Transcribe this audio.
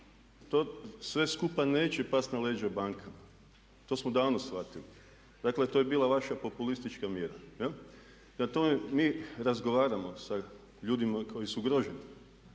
To sve skupa neće past na leđa bankama, to smo davno shvatili. Dakle to je bila vaša populistička mjera, jel? Prema tome, mi razgovaramo sa ljudima koji su ugroženi